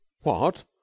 What